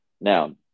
Now